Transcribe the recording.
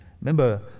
Remember